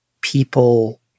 people